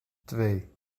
twee